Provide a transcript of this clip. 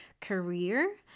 career